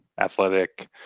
athletic